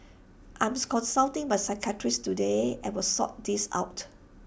I'm consulting my psychiatrist today and will sort this out